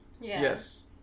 Yes